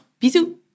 Bisous